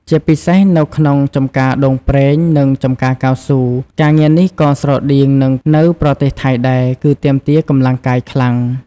ជាពិសេសនៅក្នុង ចម្ការដូងប្រេង និង ចម្ការកៅស៊ូ ការងារនេះក៏ស្រដៀងនឹងនៅប្រទេសថៃដែរ គឺទាមទារកម្លាំងកាយខ្លាំង។